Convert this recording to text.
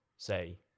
say